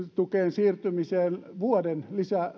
siirtymiseen vuoden